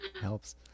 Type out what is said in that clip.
Helps